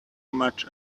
much